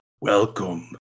welcome